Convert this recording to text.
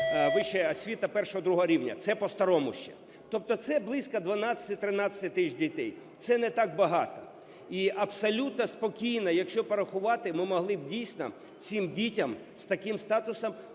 вища освіта І-ІІ рівня. Це по-старому ще, тобто це близько 12-13 тисяч дітей, це не так багато. І абсолютно спокійно, якщо порахувати, ми могли б, дійсно, цим дітям з таким статусом